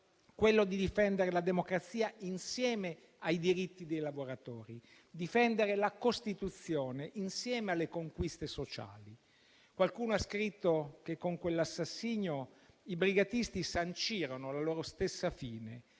quello di difendere la democrazia insieme ai diritti dei lavoratori e di difendere la Costituzione insieme alle conquiste sociali. Qualcuno ha scritto che con quell'assassinio i brigatisti sancirono la loro stessa fine.